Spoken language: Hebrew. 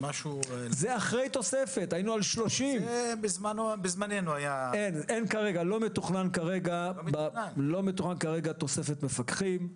אחרי שמספרם עמד על 30. כרגע לא מתוכננת תוספת מפקחים.